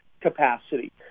capacity